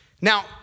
Now